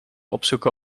opzoeken